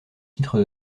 titres